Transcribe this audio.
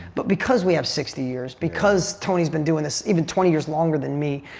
but because we have sixty years, because tony has been doing this even twenty years longer than me,